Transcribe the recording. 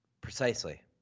Precisely